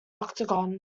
octagon